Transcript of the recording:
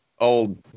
old